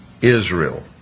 Israel